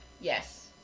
Yes